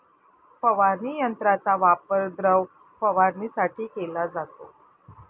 फवारणी यंत्राचा वापर द्रव फवारणीसाठी केला जातो